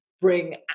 bring